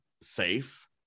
safe